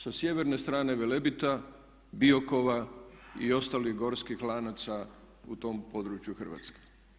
Sa sjeverne strane Velebita, Biokova i ostalih gorskih lanaca u tom području Hrvatske.